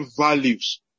values